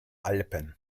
alpen